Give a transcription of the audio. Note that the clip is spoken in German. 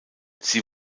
sie